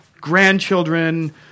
grandchildren